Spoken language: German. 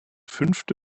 fünfte